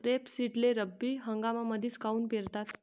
रेपसीडले रब्बी हंगामामंदीच काऊन पेरतात?